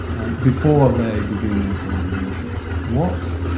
and before they begin their collaboration watt,